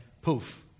poof